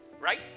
Right